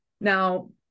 Now